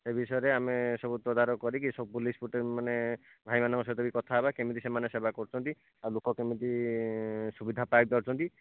ସେ ବିଷୟରେ ଆମେ ସବୁ ତଦାରଖ କରିକି ସବୁ ପୋଲିସ ମାନେ ଭାଇମାନଙ୍କ ସହିତ ବି କଥା ହେବା କେମିତି ସେମାନେ ସେବା କରୁଛନ୍ତି ଆଉ ଲୋକ କେମିତି ସୁବିଧା ପାଇ ପାରୁଛନ୍ତି